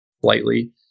slightly